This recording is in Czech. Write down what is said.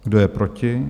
Kdo je proti?